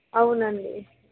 అవును అండి